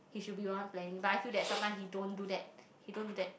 he should be the one planning but I feel that sometimes he don't do that he don't do that